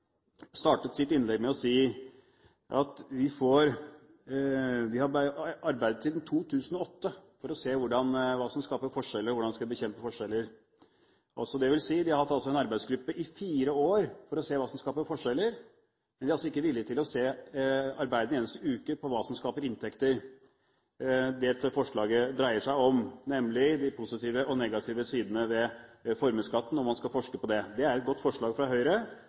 startet sitt innlegg med å si at man har arbeidet siden 2008 med å se på hva som skaper forskjeller, og hvordan vi skal bekjempe forskjeller. Man har altså hatt en arbeidsgruppe i fire år for å se hva som skaper forskjeller, men er altså ikke villig til å arbeide en eneste uke for å se på hva som skaper inntekter, det dette forslaget dreier seg om – nemlig om man skal forske på de positive og negative sidene ved formuesskatten. Det er et godt forslag fra Høyre,